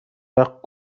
وقت